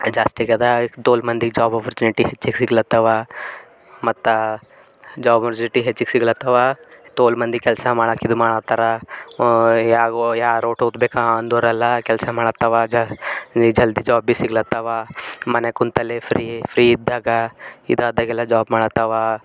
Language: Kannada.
ಜಾಸ್ತಿ ಆಗ್ಯದ ತೋಲು ಮಂದಿಗೆ ಜಾಬ್ ಅಪಾರ್ಚುನಿಟಿ ಹೆಚ್ಚಿಗೆ ಸಿಗ್ಲತ್ತಾವ ಮತ್ತು ಜಾಬ್ ಅಪಾರ್ಚುನಿಟಿ ಹೆಚ್ಚಿಗೆ ಸಿಗ್ಲತ್ತಾವ ತೋಲು ಮಂದಿ ಕೆಲಸ ಮಾಡಾಕ ಇದು ಮಾಡತ್ತಾರ ಯಾಗೋ ಯಾರೋ ದುಡ್ಡು ಬೇಕು ಅಂದೋರೆಲ್ಲ ಕೆಲ್ಸ ಮಾಡತ್ತಾವ ಜಲ್ದಿ ಜಾಬ್ ಭಿ ಸಿಗ್ಲತ್ತಾವ ಮನ್ಯಾಗ್ ಕೂತಲ್ಲೇ ಫ್ರೀ ಫ್ರೀ ಇದ್ದಾಗ ಇದಾದಾಗೆಲ್ಲ ಜಾಬ್ ಮಾಡತ್ತಾವ